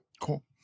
Cool